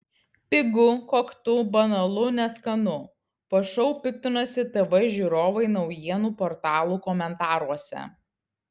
pigu koktu banalu neskanu po šou piktinosi tv žiūrovai naujienų portalų komentaruose